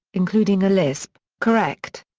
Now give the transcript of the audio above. including a lisp, correct.